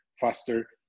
faster